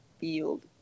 field